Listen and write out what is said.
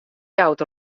jout